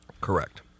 Correct